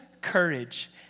courage